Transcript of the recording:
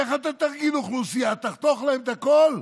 איך אתה תרגיל אוכלוסייה, תחתוך להם את הכול?